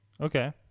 Okay